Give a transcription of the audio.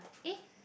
eh